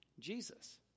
Jesus